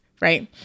Right